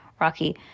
Rocky